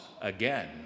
again